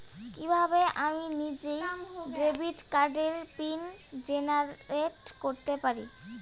কিভাবে আমি নিজেই ডেবিট কার্ডের পিন জেনারেট করতে পারি?